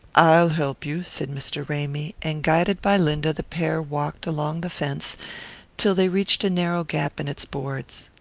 i'll help you, said mr. ramy and guided by linda the pair walked along the fence till they reached a narrow gap in its boards.